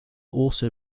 also